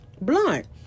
blunt